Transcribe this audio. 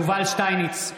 (קורא בשמות חברי הכנסת) יובל שטייניץ,